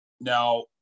now